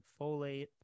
folate